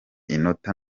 inota